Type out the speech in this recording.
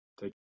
take